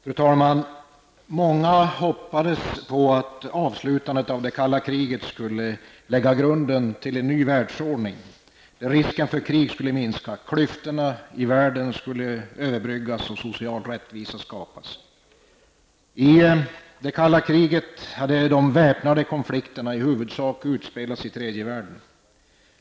Fru talman! Många hoppades att avslutandet av det kalla kriget skulle lägga grunden till en ny världsordning, där risken för krig skulle minska, klyftorna i världen överbryggas och social rättvisa skapas. Det kalla krigets väpnade konflikter utspelades i huvudsak i tredje världen.